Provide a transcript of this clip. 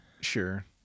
Sure